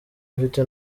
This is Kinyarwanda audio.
mfite